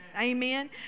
Amen